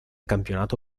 campionato